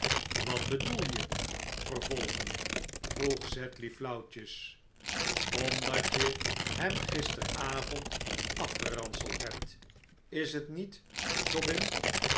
wat bedoel je vervolgen vroeg sedley flauwtjes omdat je hem gisterenavond afgeranseld hebt is het niet